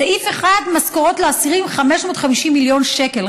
סעיף 1, משכורות לאסירים, 550 מיליון שקל.